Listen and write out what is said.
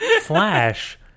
Flash